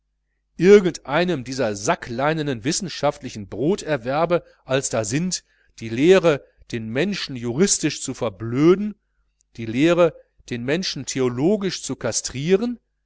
einem dieser sackleinenen wissenschaftlichen broterwerbe als da sind die lehre den menschen juristisch zu verblöden die lehre den menschen theologisch zu kastrieren